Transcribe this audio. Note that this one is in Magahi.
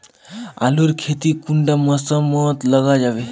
आलूर खेती कुंडा मौसम मोत लगा जाबे?